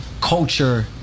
culture